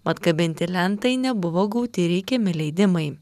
mat kabinti lentai nebuvo gauti reikiami leidimai